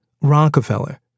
Rockefeller